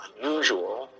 unusual